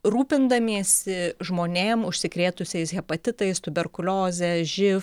rūpindamiesi žmonėm užsikrėtusiais hepatitais tuberkulioze živ